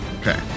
Okay